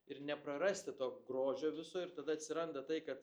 ir neprarasti to grožio viso ir tada atsiranda tai kad